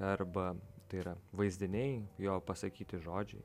arba tai yra vaizdiniai jo pasakyti žodžiai